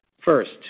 First